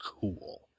cool